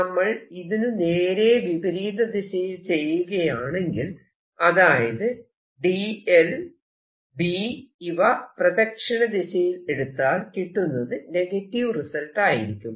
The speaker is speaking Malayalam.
നമ്മൾ ഇതിനു നേരെ വിപരീത ദിശയിൽ ചെയ്യുകയാണെങ്കിൽ അതായത് dl B ഇവ പ്രദക്ഷിണ ദിശയിൽ എടുത്താൽ കിട്ടുന്നത് നെഗറ്റീവ് റിസൾട്ട് ആയിരിക്കും